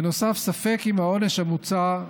בנוסף, ספק אם העונש המוצע,